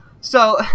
So-